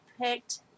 picked